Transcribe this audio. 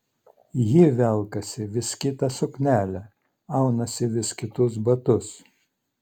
ji velkasi vis kitą suknelę aunasi vis kitus batus